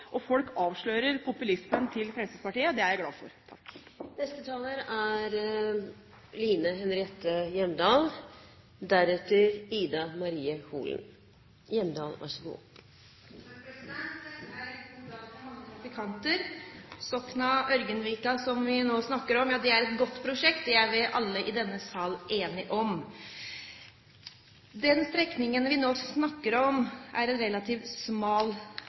Folk avslører populismen til Fremskrittspartiet, og det er jeg glad for. Dette er en god dag for mange trafikanter. Sokna–Ørgenvika, som vi nå snakker om, er et godt prosjekt. Det er vi alle i denne sal enige om. Den strekningen vi nå snakker om, er en relativt smal